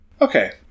Okay